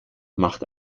macht